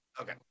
Okay